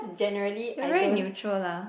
you're very neutral lah